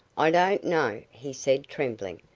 i don't know, he said, trembling.